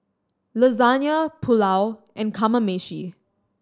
Lasagne Pulao and Kamameshi